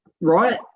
right